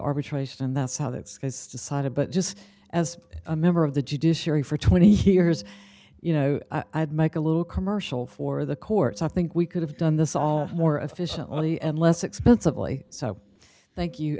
arbitration and that's how that's decided but just as a member of the judiciary for twenty years you know i'd make a little commercial for the courts i think we could have done this all more efficiently and less expensively so thank you